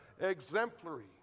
exemplary